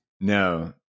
No